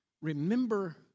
remember